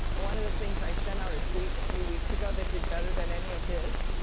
one of the things i sent out a tweet a few weeks ago, that did better than any of his,